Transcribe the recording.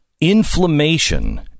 inflammation